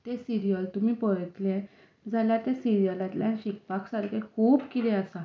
तें सिरीयल तुमी पळयतले जाल्यार त्या सिरियलांतल्यान शिकपा सारकें खूब कितें आसा